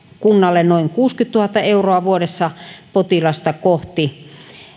kunnalle noin kuusikymmentätuhatta euroa vuodessa potilasta kohti